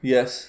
Yes